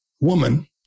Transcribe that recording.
woman